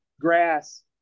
grass